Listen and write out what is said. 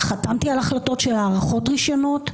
חתמתי על החלטות של הארכות רישיונות,